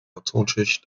ozonschicht